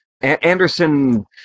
Anderson